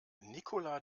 nicola